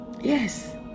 Yes